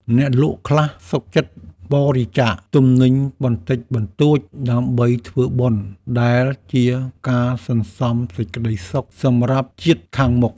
អ្នកលក់ខ្លះសុខចិត្តបរិច្ចាគទំនិញបន្តិចបន្តួចដើម្បីធ្វើបុណ្យដែលជាការសន្សំសេចក្ដីសុខសម្រាប់ជាតិខាងមុខ។